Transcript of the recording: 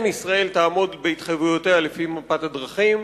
ישראל תעמוד בהתחייבויותיה לפי מפת הדרכים.